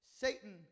Satan